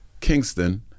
Kingston